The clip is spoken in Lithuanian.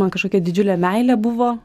man kažkokia didžiulė meilė buvo